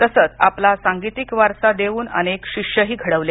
तसच आपला सांगीतिक वारसा देऊन अनेक शिष्यही घडवले